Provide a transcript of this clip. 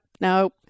nope